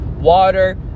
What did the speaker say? water